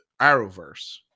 Arrowverse